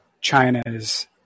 China's